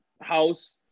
house